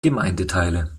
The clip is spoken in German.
gemeindeteile